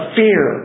fear